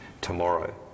tomorrow